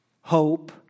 hope